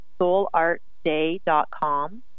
soulartday.com